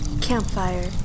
Campfire